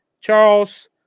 Charles